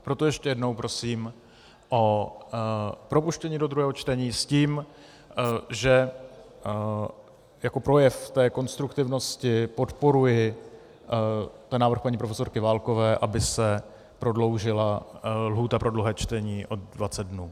Proto ještě jednou prosím o propuštění do druhého čtení s tím, že jako projev té konstruktivnosti podporuji návrh paní profesorky Válkové, aby se prodloužila lhůta pro druhé čtení o 20 dnů.